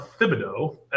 Thibodeau